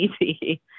easy